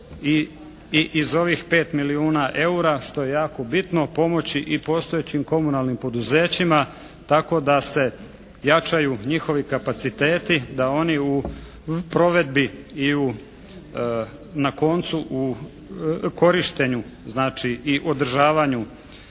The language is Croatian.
i iz ovih 5 milijuna eura što je jako bitno pomoći i postojećim komunalnim poduzećima tako da se jačaju njihovi kapaciteti da oni u provedbi i u na koncu u korištenju znači i održavanju